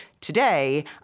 today